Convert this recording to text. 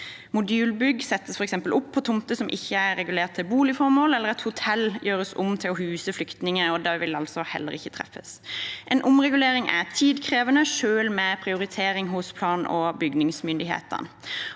Modulbygg settes f.eks. opp på tomter som ikke er regulert til boligformål, eller et hotell gjøres om til å huse flyktninger – de vil altså heller ikke treffes. En omregulering er tidkrevende selv med prioritering hos plan- og bygningsmyndighetene.